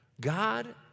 God